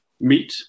meat